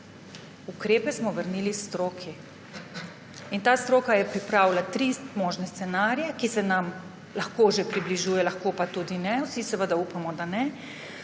ukrepe smo vrnili stroki. Ta stroka je pripravila tri možne scenarije, ki se nam lahko že približujejo, lahko pa tudi ne, vsi seveda upamo, da ne.